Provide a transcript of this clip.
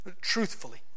Truthfully